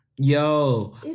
Yo